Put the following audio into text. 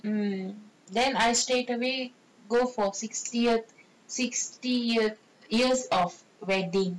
mm then I stayed away go for sixty sixty year years of wedding